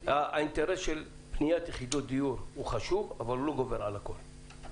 האינטרס של בניית יחידות דיור הוא חשוב אבל הוא לא גובר על הכול.